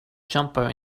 jumper